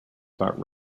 sought